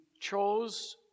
chose